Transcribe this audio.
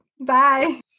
Bye